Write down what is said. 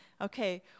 Okay